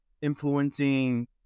influencing